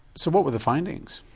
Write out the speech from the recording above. so what were the findings?